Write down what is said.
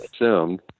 assumed